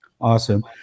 awesome